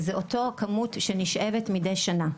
זו אותה כמות שנשאבת מידי שנה.